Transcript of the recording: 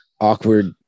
awkward